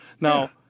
Now